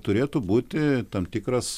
turėtų būti tam tikras